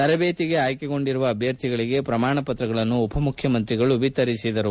ತರಬೇತಿಗೆ ಆಯ್ಕೆಗೊಂಡಿರುವ ಅಧ್ಯರ್ಥಿಗಳಿಗೆ ಪ್ರಮಾಣ ಪತ್ರಗಳನ್ನು ಉಪ ಮುಖ್ಯಮಂತ್ರಿ ವಿತರಿಸಿದರು